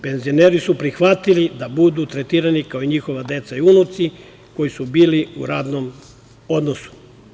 Penzioneri su prihvatili da budu tretirani kao i njihova deca i unuci koji su bili u radnom odnosu.